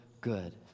good